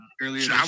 earlier